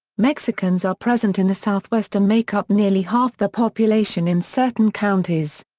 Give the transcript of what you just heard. mexicans are present in the southwest and make up nearly half the population in certain counties.